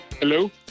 Hello